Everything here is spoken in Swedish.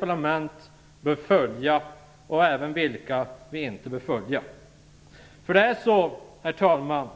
Det är nämligen så, herr talman,